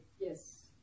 Yes